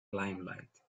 limelight